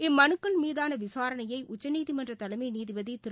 இம்மனுக்கள் மீதானவிசாரணையஉச்சநீதிமன்றதலைமைநீதிபதிதிரு